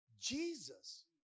Jesus